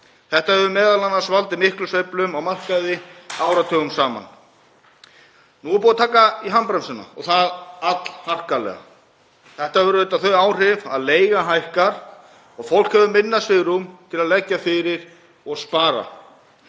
Þetta hefur m.a. valdið miklum sveiflum á markaði áratugum saman. Nú er búið að taka í handbremsuna og það allharkalega. Það hefur auðvitað þau áhrif að leiga hækkar og fólk hefur minna svigrúm til að leggja fyrir og spara.